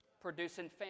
producing